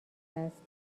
است